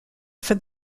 for